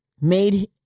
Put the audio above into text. made